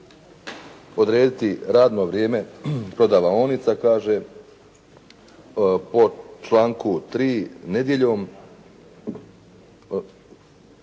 odrediti radno vrijeme prodavaonica kaže po članku 3. nedjeljom.